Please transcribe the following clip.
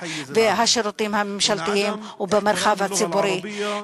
והשירותים הממשלתיים ובמרחב הציבורי.